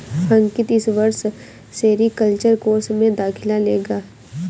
अंकित इस वर्ष sericulture course में दाखिला लेगा